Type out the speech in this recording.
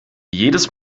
jedes